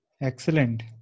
excellent